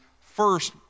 first